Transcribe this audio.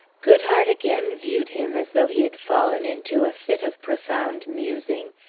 goodhart again viewed him as though he had fallen into a fit of profound musing,